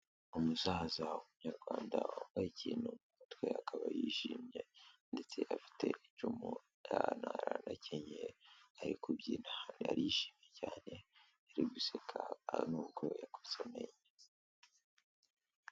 Umusaza w' umunyarwanda wambaye ikintu mu mutwe akaba yishimye ndetse afite icumu anakenyeye ari kubyina arishimye cyane ari guseka nuko yakutse amenyo.